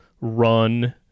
run